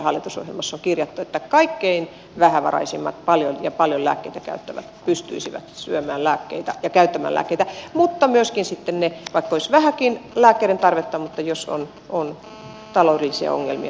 hallitusohjelmassa on kirjattu että kaikkein vähävaraisimmat paljon lääkkeitä käyttävät pystyisivät syömään lääkkeitä ja käyttämään lääkkeitä mutta että myöskin ne joilla on vähän lääkkeiden tarvetta mutta on ta loudellisia ongelmia voisivat käyttää